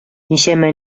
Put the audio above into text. ничәмә